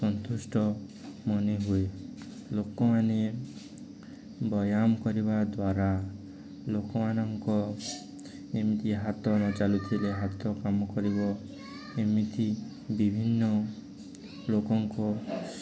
ସନ୍ତୁଷ୍ଟ ମନେ ହୁଏ ଲୋକମାନେ ବ୍ୟାୟାମ କରିବା ଦ୍ୱାରା ଲୋକମାନଙ୍କ ଏମିତି ହାତ ନଚଲୁଥିଲେ ହାତ କାମ କରିବ ଏମିତି ବିଭିନ୍ନ ଲୋକଙ୍କ